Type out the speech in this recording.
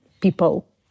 people